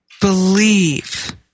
believe